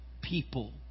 people